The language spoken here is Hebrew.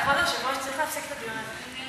לא, כבוד היושב-ראש, צריך להפסיק את הדיון הזה.